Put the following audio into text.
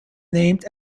named